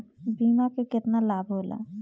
बीमा के केतना लाभ होला?